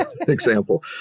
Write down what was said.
Example